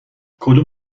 کدوم